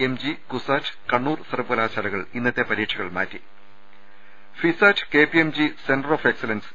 M G CUSAT Kannur സർവകലാശാലകൾ ഇന്നത്തെ പരീക്ഷകൾ മാറ്റി FISAT K P M G centre of excellence